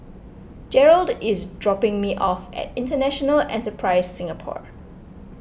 Jerrold is dropping me off at International Enterprise Singapore